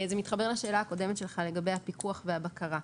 זה מתחבר לשאלה הקודמת שלך לגבי הפיקוח והבקרה.